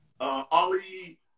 Ollie